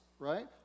Right